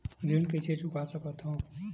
ऋण कइसे चुका सकत हन?